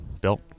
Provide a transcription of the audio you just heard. Bill